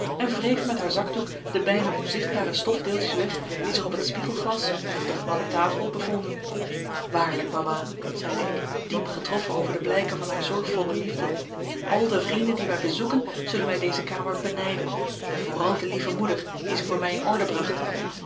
en wreef met haar zakdoek de bijna onzichtbare stofdeeltjes weg die zich op het spiegelglas of op de gladde tafel bevonden waarlijk mama zeide ik diep getroffen over de blijken van haar zorgvolle liefde al de vrienden die mij bezoeken zullen mij deze kamer benijden en vooral de lieve moeder die ze voor mij in orde bracht